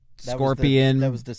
Scorpion